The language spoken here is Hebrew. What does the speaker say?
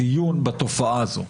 דיון בתופעה הזו,